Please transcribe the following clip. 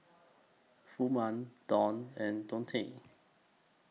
Furman Donn and Deontae